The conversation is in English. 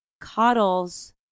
coddles